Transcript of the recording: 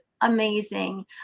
amazing